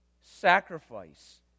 Sacrifice